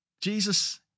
Jesus